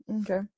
okay